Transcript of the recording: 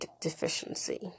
deficiency